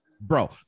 bro